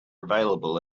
available